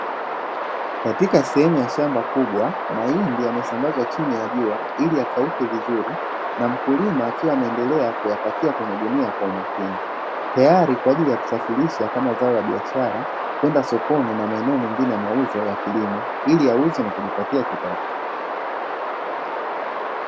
Katika sehemu ya shamba kubwa mahindi yamesambazwa chini ya jua ili yakauke vizuri na mkulima akiwa anendelea kuyapakia kwenye gunia kwa umakini tayari kwa ajili ya kusafirisha kama zao la biashara kwenda sokoni na maeneo mengine ya mauzo ya kilimo ili yauzwe na kujipatia kipato.